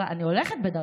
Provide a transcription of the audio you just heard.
אני הולכת בדרכה.